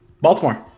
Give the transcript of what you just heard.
Baltimore